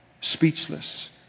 Speechless